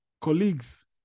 colleagues